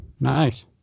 Nice